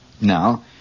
now